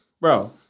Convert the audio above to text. Bro